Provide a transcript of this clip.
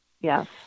yes